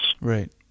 Right